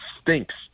stinks